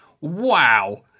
wow